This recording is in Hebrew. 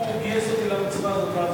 חוק יסודות התקציב (תיקון